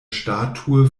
statue